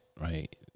Right